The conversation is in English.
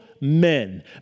men